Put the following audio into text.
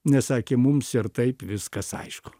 nes sakė mums ir taip viskas aišku